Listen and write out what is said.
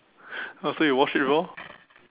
oh so you watched it before